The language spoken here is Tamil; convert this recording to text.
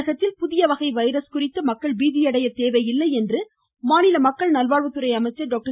தமிழகத்தில் புதிய வகை வைரஸ் குறித்து மக்கள் பீதியடைய தேவையில்லை மாநில மக்கள் நல்வாழ்வுத்துறை அமைச்சர் டாக்டர்